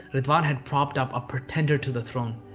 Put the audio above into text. ridwan had propped up a pretender to the throne,